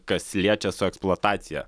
kas liečia su eksploatacija